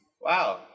Wow